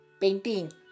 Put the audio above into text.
painting